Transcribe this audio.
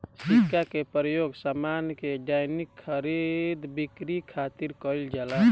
सिक्का के प्रयोग सामान के दैनिक खरीद बिक्री खातिर कईल जाला